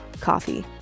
coffee